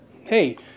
Hey